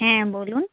হ্যাঁ বলুন